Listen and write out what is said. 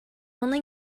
only